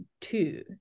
two